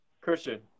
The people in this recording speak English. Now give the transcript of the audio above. Christian